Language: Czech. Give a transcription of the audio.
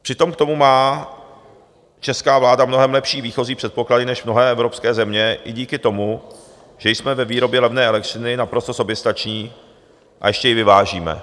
Přitom k tomu má česká vláda mnohem lepší výchozí předpoklady než mnohé evropské země i díky tomu, že jsme ve výrobě levné elektřiny naprosto soběstační a ještě ji vyvážíme.